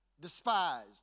despised